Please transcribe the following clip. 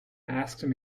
asked